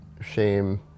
shame